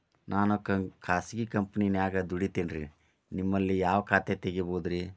ನಾನು ಖಾಸಗಿ ಕಂಪನ್ಯಾಗ ದುಡಿತೇನ್ರಿ, ನಿಮ್ಮಲ್ಲಿ ಯಾವ ಖಾತೆ ತೆಗಿಬಹುದ್ರಿ?